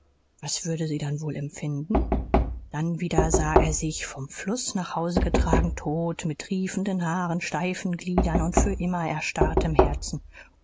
was würde sie dann wohl empfinden dann wieder sah er sich vom fluß nach hause getragen tot mit triefenden haaren steifen gliedern und für immer erstarrtem herzen